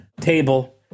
table